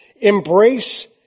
Embrace